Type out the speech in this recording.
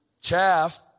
Chaff